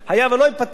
היה ולא ייפתר,